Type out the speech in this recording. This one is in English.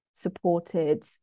supported